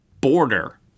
Border